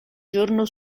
giorno